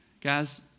Guys